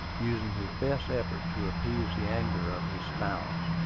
using his best efforts to appease the anger of his spouse.